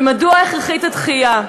ומדוע הכרחית הדחייה?